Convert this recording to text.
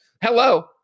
Hello